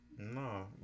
No